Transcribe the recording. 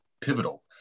pivotal